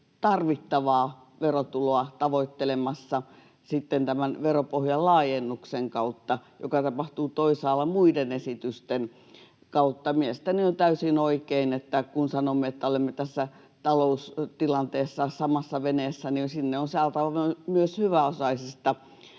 tarvittavaa verotuloa tavoittelemassa tämän veropohjan laajennuksen kautta, joka tapahtuu toisaalla muiden esitysten kautta. Mielestäni on täysin oikein, että kun sanomme, että olemme tässä taloustilanteessa samassa veneessä, niin sinne on saatava lisää soutajia